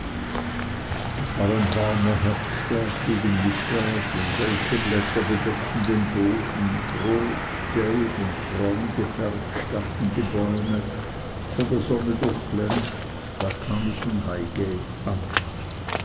es war ein warmer herbsttag gegen mittag und welke blätter bedeckten den erdboden rot gelb und braun gefärbt standen die bäume von der sonne durchglänzt da kam ich in highgate an